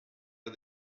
pas